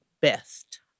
best